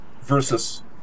versus